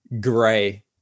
gray